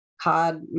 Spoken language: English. hard